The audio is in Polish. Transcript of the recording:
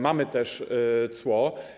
Mamy też cło.